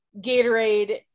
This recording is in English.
Gatorade